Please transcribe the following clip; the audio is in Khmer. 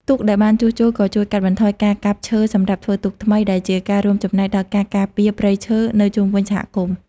ទូកដែលបានជួសជុលក៏ជួយកាត់បន្ថយការកាប់ឈើសម្រាប់ធ្វើទូកថ្មី ដែលជាការរួមចំណែកដល់ការការពារព្រៃឈើនៅជុំវិញសហគមន៍។